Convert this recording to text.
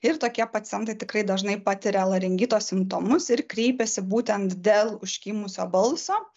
ir tokie pacientai tikrai dažnai patiria laringito simptomus ir kreipiasi būtent dėl užkimusio balso